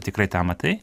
tikrai tą matai